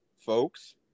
Folks